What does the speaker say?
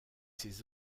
ses